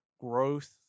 growth